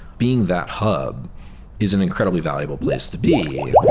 being that hub is an incredibly valuable place to be,